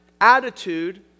attitude